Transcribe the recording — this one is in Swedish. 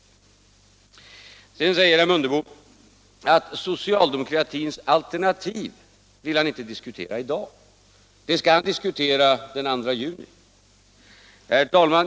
Herr Mundebo säger att han inte vill diskutera socialdemokratins alternativ i dag, det skall han diskutera den 2 juni. Herr talman!